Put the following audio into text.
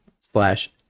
slash